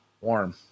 warm